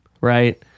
right